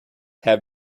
have